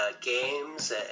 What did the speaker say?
games